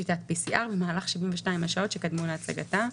קובץ התקנות הזה,